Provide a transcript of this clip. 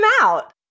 out